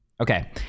Okay